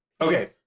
Okay